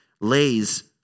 lays